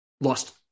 lost